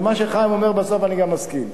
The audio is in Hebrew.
ולמה שחיים אומר בסוף אני גם מסכים,